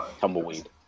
Tumbleweed